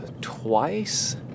twice